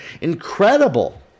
incredible